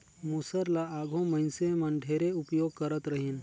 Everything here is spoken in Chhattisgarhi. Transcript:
मूसर ल आघु मइनसे मन ढेरे उपियोग करत रहिन